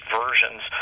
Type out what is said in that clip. versions